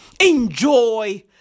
enjoy